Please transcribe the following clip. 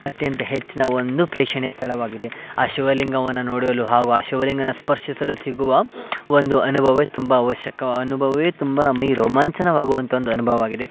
ಅತ್ಯಂತ ಹೆಚ್ಚಿನ ಒಂದು ಪ್ರೇಕ್ಷಣೀಯ ಸ್ಥಳವಾಗಿದೆ ಆ ಶಿವಲಿಂಗವನ್ನು ನೋಡಲು ಹಾಗು ಆ ಶಿವಲಿಂಗನ ಸ್ಪರ್ಶಿಸಲು ಸಿಗುವ ಒಂದು ಅನುಭವ ತುಂಬಾ ಅವಶ್ಯಕ ಅನುಭವವೇ ತುಂಬಾ ಮೈ ರೋಮಾಂಚನವಾಗುವಂಥ ಒಂದು ಅನ್ಭವ ಆಗಿದೆ